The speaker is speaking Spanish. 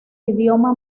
idioma